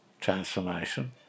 transformation